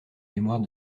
mémoires